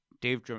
Dave